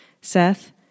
Seth